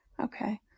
Okay